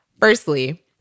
Firstly